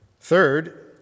Third